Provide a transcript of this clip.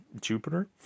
Jupiter